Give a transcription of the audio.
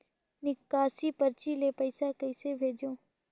निकासी परची ले पईसा कइसे भेजों?